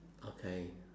okay